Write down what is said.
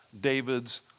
David's